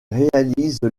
réalise